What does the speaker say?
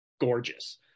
gorgeous